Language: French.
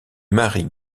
marie